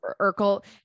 Urkel